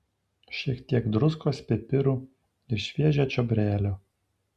šiek tiek druskos pipirų ir šviežio čiobrelio